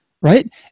right